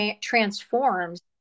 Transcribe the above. transforms